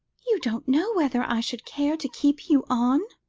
you don't know whether i should care to keep you on!